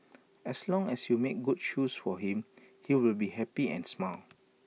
as long as you made good shoes for him he would be happy and smile